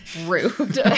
rude